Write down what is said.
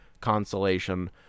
consolation